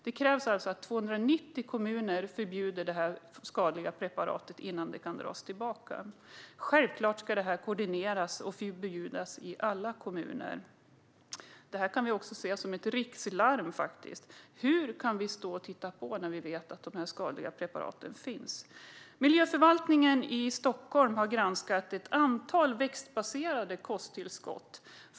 Det krävs alltså att 290 kommuner förbjuder det skadliga preparatet innan det kan dras tillbaka. Självklart ska det här koordineras så att preparaten kan förbjudas i alla kommuner. Vi kan se det här som ett rikslarm. Hur kan vi stå och titta på när vi vet att de här skadliga preparaten finns? Miljöförvaltningen i Stockholm har granskat ett antal växtbaserade kosttillskott.